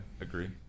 agree